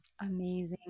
amazing